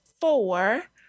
four